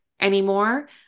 anymore